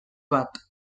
bat